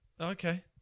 Okay